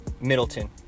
Middleton